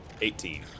Eighteen